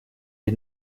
die